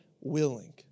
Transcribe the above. willing